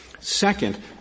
Second